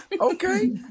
Okay